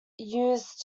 use